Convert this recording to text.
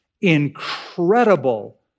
incredible